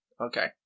okay